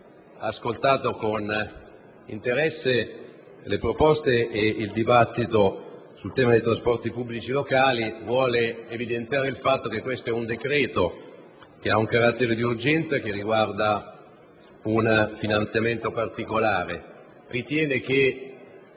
ascoltato con interesse le proposte ed il dibattito sul tema dei trasporti pubblici locali, vuole evidenziare il fatto che il decreto-legge in esame ha carattere di urgenza e riguarda un finanziamento particolare. Ritiene che